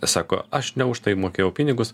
sako aš ne už tai mokėjau pinigus